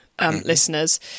listeners